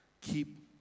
Keep